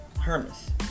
Hermes